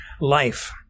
Life